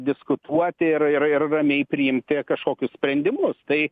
diskutuoti ir ir ramiai priimti kažkokius sprendimus tai